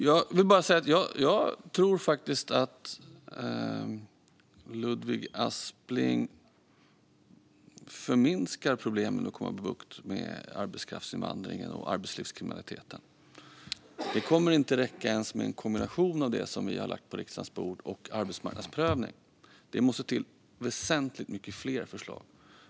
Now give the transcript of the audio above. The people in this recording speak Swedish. Jag tror faktiskt att Ludvig Aspling förminskar problemen med att komma till rätta med arbetskraftsinvandringen och arbetslivskriminaliteten. Det kommer inte att räcka ens med en kombination av det som vi har lagt på riksdagens bord och arbetsmarknadsprövning. Det måste till väsentligt fler förslag.